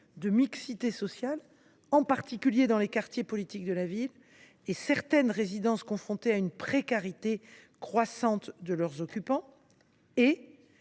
de mixité sociale, en particulier dans les quartiers relevant de la politique de la ville et dans certaines résidences confrontées à la précarité croissante de leurs occupants, et